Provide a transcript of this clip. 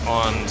on